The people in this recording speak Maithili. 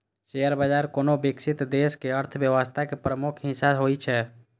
शेयर बाजार कोनो विकसित देशक अर्थव्यवस्था के प्रमुख हिस्सा होइ छै